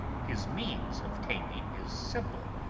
his means of taming is simple,